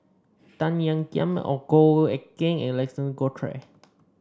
Tan Ean Kiam Goh Eck Kheng and Alexander Guthrie